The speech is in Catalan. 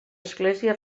església